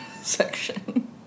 section